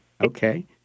Okay